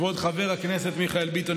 כבוד חבר הכנסת מיכאל ביטון,